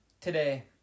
today